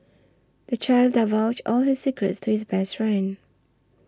the child divulged all his secrets to his best friend